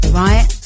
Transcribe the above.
right